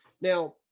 now